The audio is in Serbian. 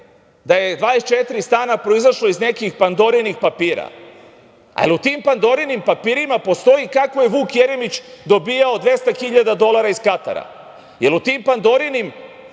da je 24 stana proizašlo iz nekih pandorinih papira, a da li u tim pandorinim papirima postoji kako je Vuk Jeremić dobijao 200.000 dolara iz Katara? Da li u tim pandorinim